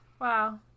Wow